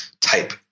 type